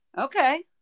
Okay